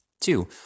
Two